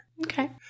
Okay